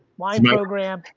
wine program.